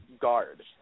guard